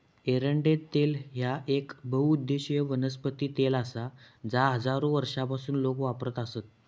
एरंडेल तेल ह्या येक बहुउद्देशीय वनस्पती तेल आसा जा हजारो वर्षांपासून लोक वापरत आसत